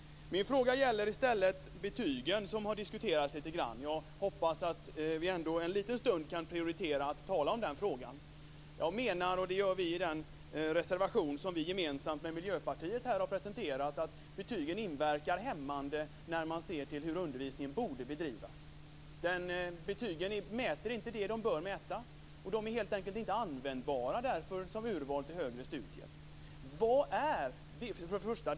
Min fråga gäller betygen, som diskuterats lite grann. Jag hoppas att vi ändå en liten stund kan prioritera den frågan. Jag menar, och det gör vi i den reservation som vi gemensamt med Miljöpartiet har väckt, att betygen inverkar hämmande när man ser till hur undervisningen borde bedrivas. Betygen mäter inte det de bör mäta. De är helt enkelt inte användbara som urvalsinstrument till högre studier.